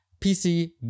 PC